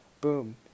Boom